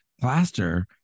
plaster